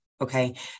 Okay